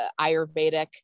Ayurvedic